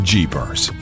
Jeepers